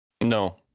No